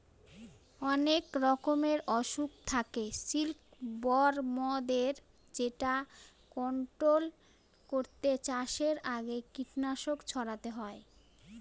অনেক রকমের অসুখ থাকে সিল্কবরমদের যেটা কন্ট্রোল করতে চাষের আগে কীটনাশক ছড়াতে হয়